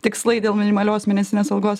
tikslai dėl minimalios mėnesinės algos